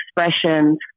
expressions